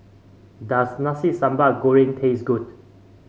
does Nasi Sambal Goreng taste good